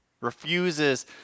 Refuses